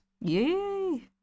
Yay